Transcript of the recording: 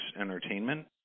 Entertainment